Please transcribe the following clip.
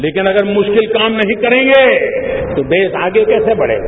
लेकिन अगर मुश्किल काम नहीं करेंगे तो देश आगे कैसे बढेगा